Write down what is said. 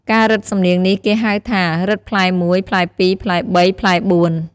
ការរឹតសំនៀងនេះគេហៅថា “រឹតផ្លែ១, ផ្លែ២, ផ្លែ ៣, ផ្លែ៤។